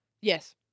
Yes